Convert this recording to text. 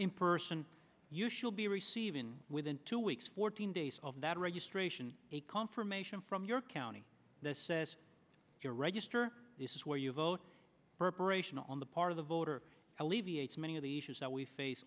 in person you should be receiving within two weeks fourteen days of that registration a confirmation from your county this says to register this is where you vote reparation on the part of the voter alleviates many of the issues that we face